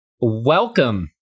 welcome